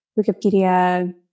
Wikipedia